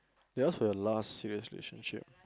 they ask for your last serious relationship